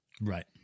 right